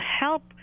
help